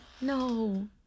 No